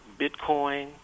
Bitcoin